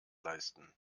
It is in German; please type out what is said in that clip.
leisten